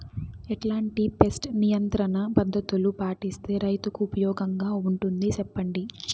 ఎట్లాంటి పెస్ట్ నియంత్రణ పద్ధతులు పాటిస్తే, రైతుకు ఉపయోగంగా ఉంటుంది సెప్పండి?